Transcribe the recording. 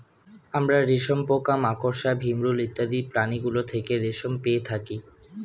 আমরা রেশম পোকা, মাকড়সা, ভিমরূল ইত্যাদি প্রাণীগুলো থেকে রেশম পেয়ে থাকি